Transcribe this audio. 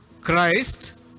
Christ